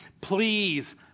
please